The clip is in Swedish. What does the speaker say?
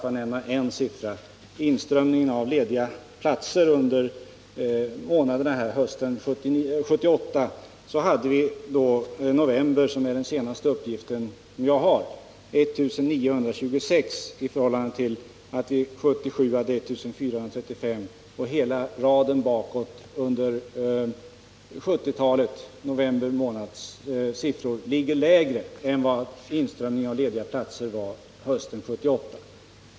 Den är hämtad ur redovisningen av nyanmälda lediga platser under perioden 1974-1978. Den senaste uppgiften där är från november 1978, då vi hade 1926 lediga platser, medan vi i november 1977 hade 1 435. November månads siffror för de övriga åren ligger lägre än den siffra som redovisas för hösten 1978.